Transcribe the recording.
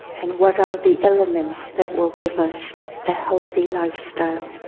and, what are the elements that will give us a healthy lifestyle?